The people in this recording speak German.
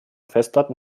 festplatten